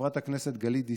חברת הכנסת גלית דיסטל,